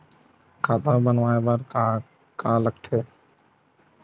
खाता बनवाय बर का का लगथे?